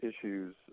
issues